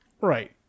Right